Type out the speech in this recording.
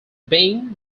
being